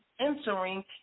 entering